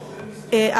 אני,